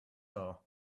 are